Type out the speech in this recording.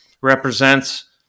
represents